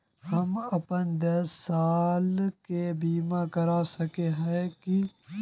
हम अपन दस साल के बीमा करा सके है की?